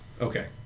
okay